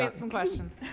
and some questions.